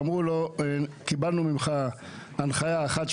ואמרו לו - קיבלנו ממך הנחייה אחת,